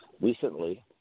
Recently